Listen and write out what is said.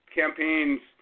campaigns